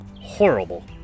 horrible